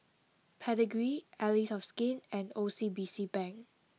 Pedigree Allies of Skin and O C B C Bank